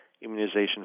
immunization